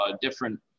different